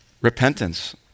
repentance